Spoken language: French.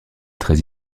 très